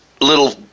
little